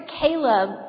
Caleb